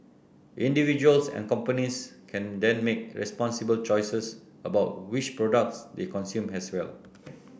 individuals and companies can then make responsible choices about which products they consume as well